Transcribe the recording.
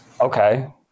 okay